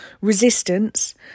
resistance